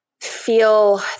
feel